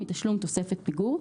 מתשלום תוספת פיגור,